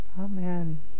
Amen